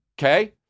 okay